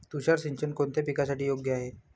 तुषार सिंचन कोणत्या पिकासाठी योग्य आहे?